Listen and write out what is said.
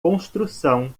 construção